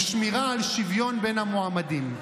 בשמירה על שוויון בין המועמדים.